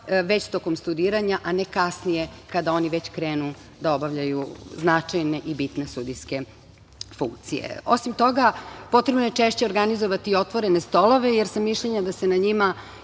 već tokom studiranja, a ne kasnije kada oni već krenu da obavljaju značajne i bitne sudijske funkcije. Osim toga, potrebno je češće organizovati otvorene stolove, jer sam mišljenja da se na njima